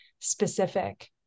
specific